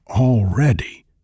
already